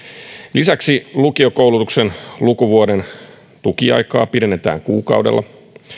lisäksi lukiokoulutuksen lukuvuoden tukiaikaa pidennetään kuukaudella